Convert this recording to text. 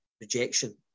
rejection